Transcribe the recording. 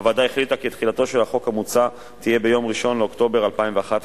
הוועדה החליטה כי תחילתו של החוק המוצע תהיה ביום 1 באוקטובר 2011,